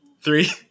Three